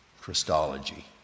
Christology